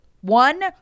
one